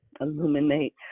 illuminate